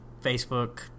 Facebook